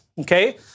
okay